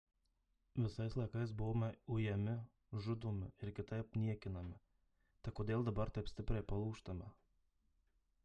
visais laikais buvome ujami žudomi ir kitaip niekinami tai kodėl dabar taip stipriai palūžtame